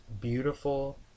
beautiful